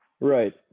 right